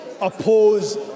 oppose